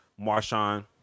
Marshawn